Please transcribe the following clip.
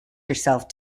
yourself